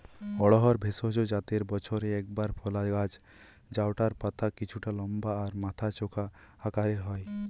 অড়হর ভেষজ জাতের বছরে একবার ফলা গাছ জউটার পাতা কিছুটা লম্বা আর মাথা চোখা আকারের হয়